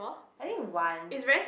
I think once